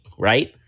right